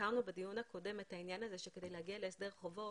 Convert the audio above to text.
הזכרנו בדיון הקודם את העניין הזה שכדי להגיע להסדר חובות,